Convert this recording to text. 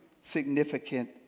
significant